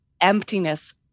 emptiness